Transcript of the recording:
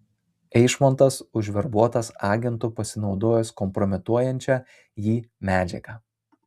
eišmontas užverbuotas agentu pasinaudojus kompromituojančia jį medžiaga